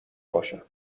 باشن